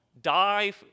die